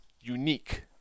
unique